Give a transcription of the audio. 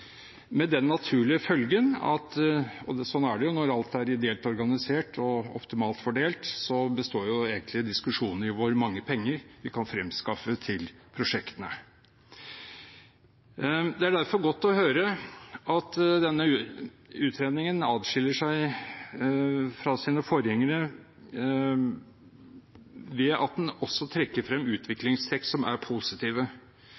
den naturlige følgen, og sånn er det jo når alt er ideelt organisert og optimalt fordelt, at diskusjonen egentlig består i hvor mange penger vi kan fremskaffe til prosjektene. Det er derfor godt å høre at denne utredningen adskiller seg fra sine forgjengere ved at den også trekker frem